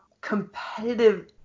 competitive –